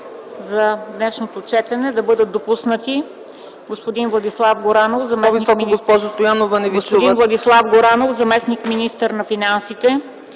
за днешното четене да бъдат допуснати: господин Владислав Горанов – заместник-министър на финансите,